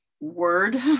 Word